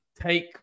take